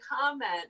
comment